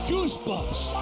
Goosebumps